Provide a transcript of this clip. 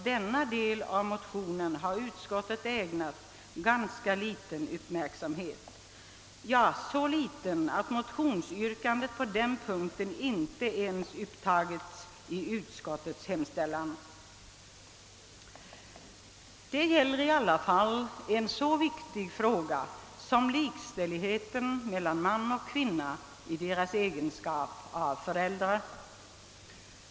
Denna del av motionen har utskottet ägnat ganska liten uppmärksamhet — ja, så liten att motionsyrkandet på den punkten inte ens upptagits i utskottets hemställan. Det gäller i alla fall en så viktig fråga som likställigheten mellan man och kvinna i deras egenskap av föräldrar.